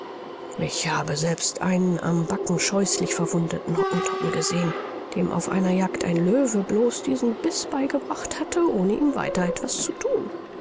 ich habe selbst einen am backen scheußlich verwundeten hottentotten gesehen dem auf einer jagd ein löwe bloß diesen biß beigebracht hatte ohne ihm weiter etwas zu thun